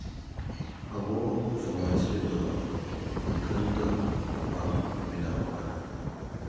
ᱟᱵᱚ ᱥᱚᱢᱟᱡᱽ ᱨᱮᱫᱚ ᱢᱩᱴᱷᱟᱹᱱ ᱫᱚ ᱵᱟᱝ ᱵᱮᱱᱟᱣ ᱟᱠᱟᱱᱟ